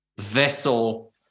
vessel